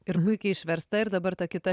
ir puikiai išversta ir dabar ta kita